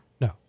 No